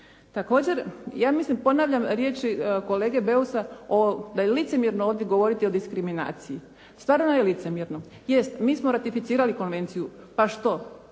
Također, ja mislim ponavljam riječi kolege Beusa o, da je licemjerno ovdje govoriti o diskriminaciji, stvarno je licemjerno. Jest, mi smo ratificirali konvenciju, pa što.